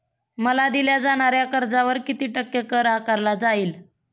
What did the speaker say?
मला दिल्या जाणाऱ्या कर्जावर किती टक्के कर आकारला जाईल?